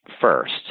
first